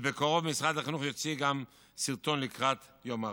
ובקרוב משרד החינוך יוציא גם סרטון לקראת יום האחדות.